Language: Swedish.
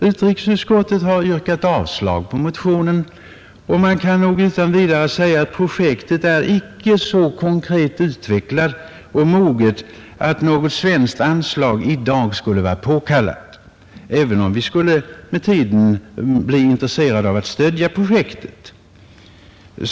Utrikesutskottet har yrkat avslag på den motionen, och man kan väl utan vidare säga att projektet inte är så konkret utvecklat och moget att något svenskt anslag i dag skulle vara påkallat, även om vi med tiden kan bli intresserade av att stödja projektet.